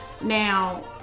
Now